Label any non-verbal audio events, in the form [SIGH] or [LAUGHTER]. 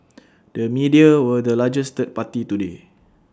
[NOISE] the media were the largest third party today